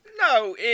No